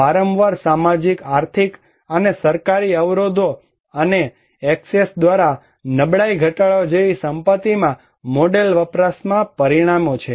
વારંવાર સામાજિક આર્થિક અને સરકારી અવરોધો અને એક્સેસ દ્વારા નબળાઈ ઘટાડવા જેવી સંપત્તિમાં મોડેલ વપરાશમાં પરિણામે છે